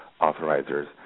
authorizers